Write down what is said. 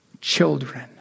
Children